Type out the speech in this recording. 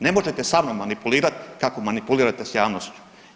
Ne možete sa mnom manipulirat kako manipulirat s javnošću.